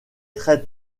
très